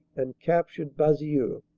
and captured basieux.